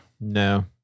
No